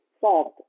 solved